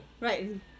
Right